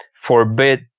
forbid